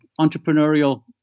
entrepreneurial